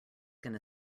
gonna